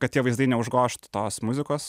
kad tie vaizdai neužgožtų tos muzikos